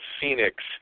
Phoenix